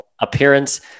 appearance